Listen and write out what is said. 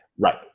Right